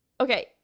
Okay